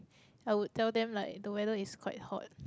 I would tell them like the weather is quite hot